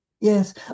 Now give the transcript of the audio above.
Yes